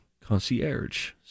concierge